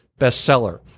bestseller